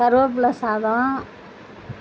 கருவேப்புல சாதம்